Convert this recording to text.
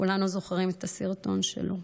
כולנו זוכרים את הסרטון שלו,